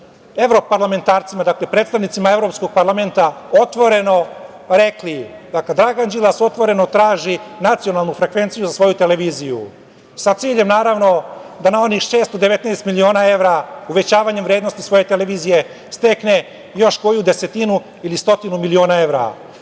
evroparlamentarcima, dakle, predstavnicima Evropskog parlamenta, otvoreno rekli, dakle, Dragan Đilas otvoreno traži nacionalnu frekvenciju za svoju televiziju sa ciljem, naravno, da na onih 619 miliona evra, uvećavanjem vrednosti svoje televizije, stekne još koju desetinu ili stotinu miliona